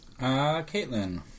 Caitlin